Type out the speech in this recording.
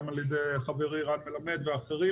גם על ידי חברי רן מלמד ואחרים.